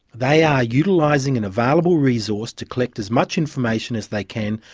they are utilising an available resource to collect as much information as they can,